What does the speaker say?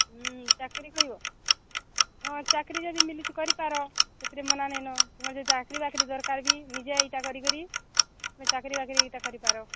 ହୁଁ ଚାକିରୀ କରିବ ହଁ ଚାକିରୀ ଯଦି ମିଳୁଛି କରିପାର ସେଥିରେ ମନା ନାହିଁ ନ ତୁମେ ଯଦି ଚାକିରୀ ବାକିରି ଦରକାର ବି ନିଜେ ଏଇଟା କରିକିରି ତୁମେ ଚାକିରୀ ବାକିରି ଏଇଟା କରିପାର